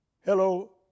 Hello